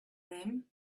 rim